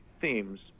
themes